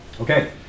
Okay